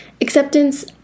Acceptance